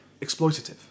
exploitative